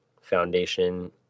foundation